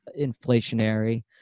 inflationary